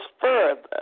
further